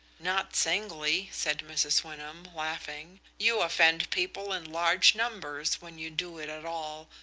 not singly, said mrs. wyndham, laughing. you offend people in large numbers when you do it at all,